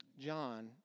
John